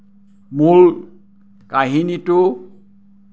মোৰ কাহিনীটো